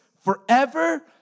forever